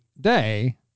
day